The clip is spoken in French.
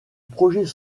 projet